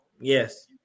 Yes